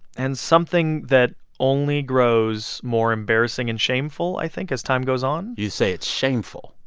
and something that only grows more embarrassing and shameful i think as time goes on you say it's shameful.